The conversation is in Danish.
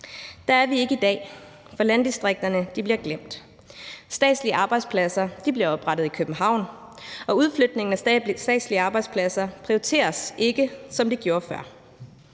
Der er vi ikke i dag, for landdistrikterne bliver glemt. Statslige arbejdspladser bliver oprettet i København, og udflytningen af statslige arbejdspladser prioriteres ikke, som den blev gjort før.